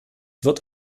wird